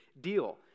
deal